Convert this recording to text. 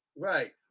Right